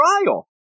trial